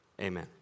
amen